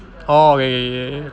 orh okay okay okay